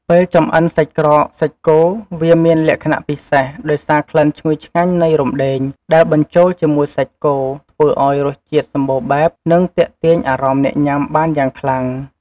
ពេលចម្អិនសាច់ក្រកសាច់គោ វាមានលក្ខណៈពិសេស ដោយសារក្លិនឈ្ងុយឆ្ងាញ់នៃរំដេង ដែលបញ្ចូលជាមួយសាច់គោ ធ្វើឱ្យរសជាតិសម្បូរបែប និងទាក់ទាញអារម្មណ៍អ្នកញ៉ាំបានយ៉ាងខ្លាំង។